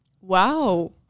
wow